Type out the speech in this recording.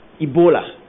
Ebola